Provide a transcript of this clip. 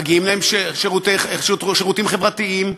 מגיעים להם שירותים חברתיים,